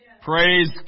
praise